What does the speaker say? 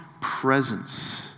presence